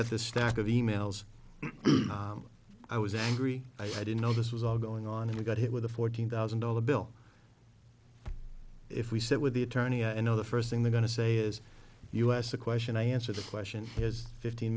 at the stack of e mails i was angry i didn't know this was all going on and we got hit with a fourteen thousand dollar bill if we said with the attorney i know the first thing they're going to say is us a question i answer the question has fifteen